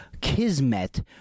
Kismet